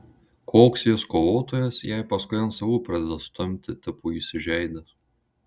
koks jis kovotojas jei paskui ant savų pradeda stumti tipo įsižeidęs